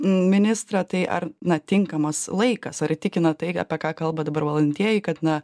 ministrą tai ar na tinkamas laikas ar įtikina tai apie ką kalba dabar valdantieji kad na